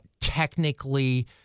technically